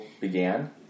began